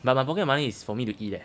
but my pocket money is for me to eat eh